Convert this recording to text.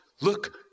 look